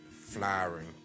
flowering